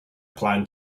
plan